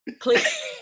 please